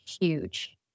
huge